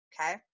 Okay